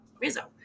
Rizzo